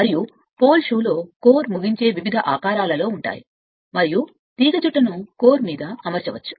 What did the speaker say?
మరియు పోల్ షూలో కోర్ ముగించే వివిధ ఆకారాలు మరియు తీగచుట్టను కోర్ మీద అమర్చవచ్చు